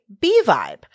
B-Vibe